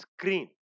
screen